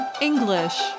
English